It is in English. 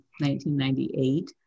1998